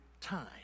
time